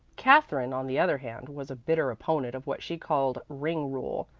katherine, on the other hand, was a bitter opponent of what she called ring rule,